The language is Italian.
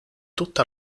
tutta